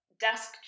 desk